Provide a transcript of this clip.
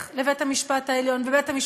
בהלול.